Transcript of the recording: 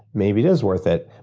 maybe it is worth it.